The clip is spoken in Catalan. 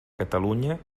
catalunya